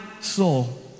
soul